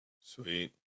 Sweet